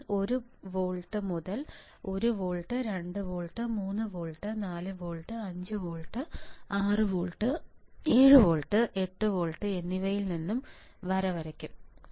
ഞാൻ ഒരു വോൾട്ട് മുതൽ 1 volt 2 volt 3 volt 4 volt 5 volt 6 volt 7 volt 8 volt എന്നിവയിൽ നിന്ന് വര വരയ്ക്കും